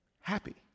happy